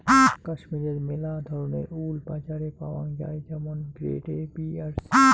কাশ্মীরের মেলা ধরণের উল বাজারে পাওয়াঙ যাই যেমন গ্রেড এ, বি আর সি